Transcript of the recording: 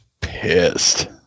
pissed